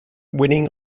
winning